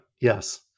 Yes